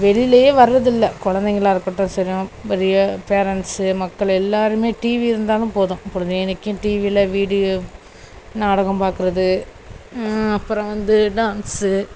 வெளிலையே வர்றது இல்லை குலந்தைங்களா இருக்கட்டும் சிறிய பெரிய பேரெண்ட்ஸு மக்கள் எல்லாருமே டிவி இருந்தாலும் போதும் பொழுதேன்னைக்கும் டிவியில வீடியோ நாடகம் பார்க்குறது அப்புறம் வந்து டான்ஸு